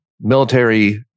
military